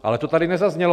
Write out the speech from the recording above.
Ale to tady nezaznělo.